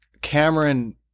Cameron